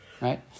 right